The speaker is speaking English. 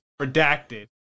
Redacted